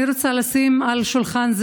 אני רוצה לשים על שולחן,